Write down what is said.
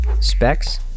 Specs